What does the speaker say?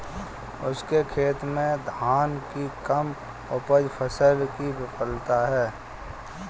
उसके खेत में धान की कम उपज फसल की विफलता है